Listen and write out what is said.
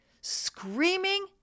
screaming